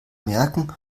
merken